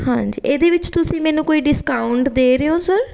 ਹਾਂਜੀ ਇਹਦੇ ਵਿੱਚ ਤੁਸੀਂ ਮੈਨੂੰ ਕੋਈ ਡਿਸਕਾਊਂਟ ਦੇ ਰਹੇ ਹੋ ਸਰ